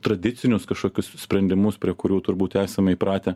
tradicinius kažkokius sprendimus prie kurių turbūt esame įpratę